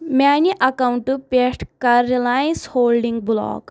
میانہِ اکاونٹہٕ پٮ۪ٹھ کَر رِلاینٚس ہولڈنگ بُلاک